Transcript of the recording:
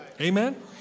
Amen